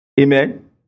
Amen